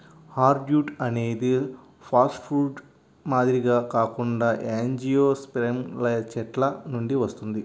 hardwood అనేది softwood మాదిరిగా కాకుండా యాంజియోస్పెర్మ్ చెట్ల నుండి వస్తుంది